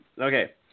Okay